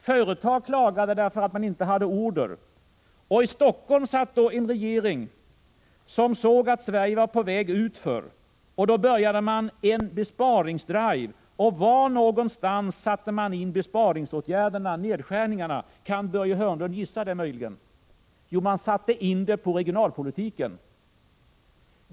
Företag klagade över att man inte hade order, och i Helsingfors satt då en regering som såg att Sverige var på väg utför. Då började man en besparingsdrive. Och var någonstans satte man in besparingsåtgärderna och nedskärningarna? Kan Börje Hörnlund möjligen gissa det? Jo, man satte in dem på regionalpolitiken.